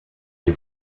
des